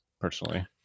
personally